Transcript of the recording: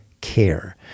care